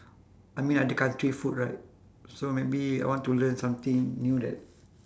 I mean other country food right so maybe I want to learn something new that